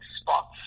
spots